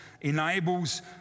enables